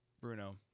Bruno